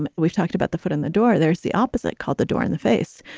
and we've talked about the foot in the door. there's the opposite called the door in the face.